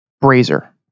brazier